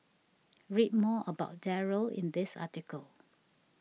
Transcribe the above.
read more about Darryl in this article